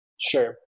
Sure